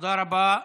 תודה רבה.